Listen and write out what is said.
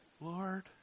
Lord